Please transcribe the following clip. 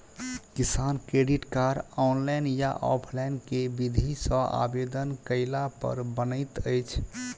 किसान credit card, online या offline केँ विधि सँ आवेदन कैला पर बनैत अछि?